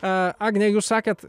a agne jūs sakėt